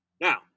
Now